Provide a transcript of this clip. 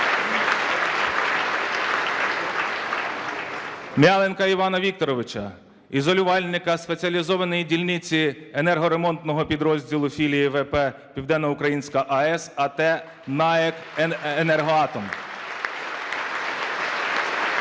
(Оплески) ; М'яленка Івана Вікторовича, ізолювальника спеціалізованої дільниці енергоремонтного підрозділу філії "ВП "Південноукраїнська АЕС" АТ "НАЕК "Енергоатом" (Оплески)